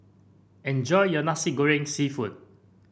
enjoy your Nasi Goreng seafood